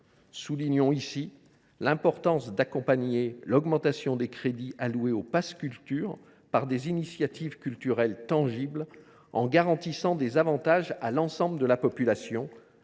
Il nous semble essentiel d’accompagner l’augmentation des crédits alloués au pass Culture par des initiatives culturelles tangibles, en garantissant des avantages à l’ensemble de la population,